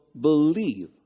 believe